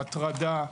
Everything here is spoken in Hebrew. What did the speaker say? הטרדה,